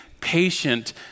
patient